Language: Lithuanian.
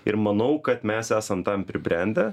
ir manau kad mes esam tam pribrendę